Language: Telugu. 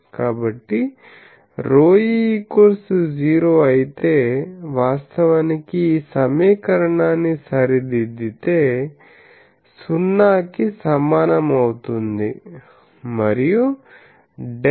కాబట్టి ρe 0 అయితే వాస్తవానికి ఈ సమీకరణాన్ని సరిదిద్దితే సున్నా కి సమానమవుతుంది మరియు ∇